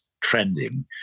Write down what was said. trending